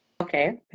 Okay